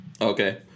Okay